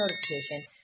notification